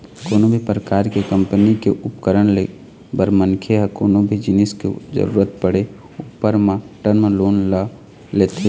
कोनो भी परकार के कंपनी के उपकरन ले बर मनखे ह कोनो भी जिनिस के जरुरत पड़े ऊपर म टर्म लोन ल लेथे